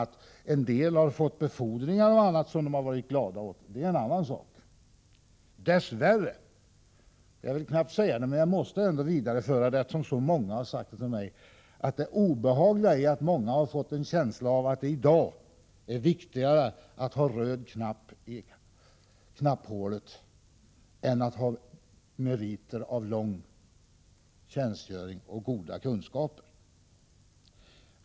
Att en del har fått befordringar som de varit glada åt är en annan sak. Det obehagliga är — jag vill knappt säga detta men jag måste vidareföra det eftersom så många sagt det till mig — att många har fått en känsla av att det i dag är viktigare att ha röd knapp i knapphålet än att ha meriter av lång tjänstgöring och goda kunskaper.